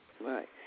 Right